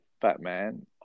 Batman